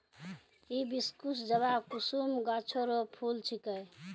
hibiscus जवाकुसुम गाछ रो फूल छिकै